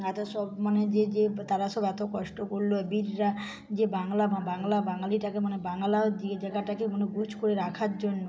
এত সব মানে যে যে তারা সব এত কষ্ট করল বীররা যে বাংলা ভাঁ বাংলা বাঙালিটাকে মানে বাংলা দিয়ে জায়গাটাকে মানে উঁচু করে রাখার জন্য